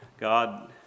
God